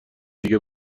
دیگه